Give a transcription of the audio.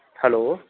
hello